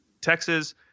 Texas